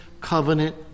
covenant